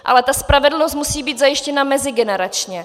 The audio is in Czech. Ale ta spravedlnost musí být zajištěna mezigeneračně.